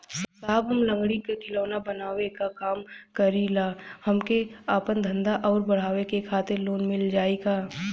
साहब हम लंगड़ी क खिलौना बनावे क काम करी ला हमके आपन धंधा अउर बढ़ावे के खातिर लोन मिल जाई का?